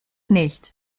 nicht